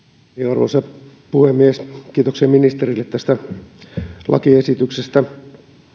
arvoisa puhemies kiitoksia ministerille tästä lakiesityksestä